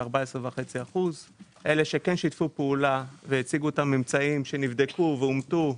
14.5%; אלה שכן שיתפו פעולה והציגו את הממצאים שנבדקו ואומתו,